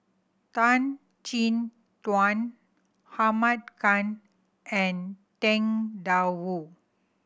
Tan Chin Tuan Ahmad Khan and Tang Da Wu